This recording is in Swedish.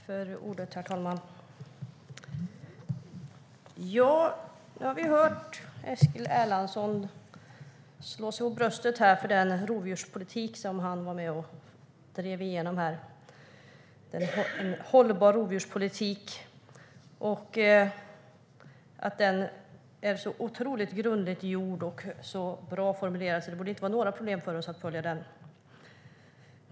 Herr talman! Nu har vi hört Eskil Erlandsson slå sig för bröstet för den rovdjurspolitik som han var med och drev igenom - en hållbar rovdjurspolitik. Den är otroligt grundligt gjord och så bra formulerad att det inte borde vara några problem för oss att följa den, tydligen.